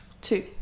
two